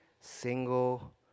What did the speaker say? single